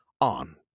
on